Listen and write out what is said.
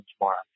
tomorrow